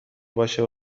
باشه